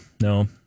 no